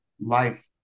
life